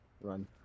run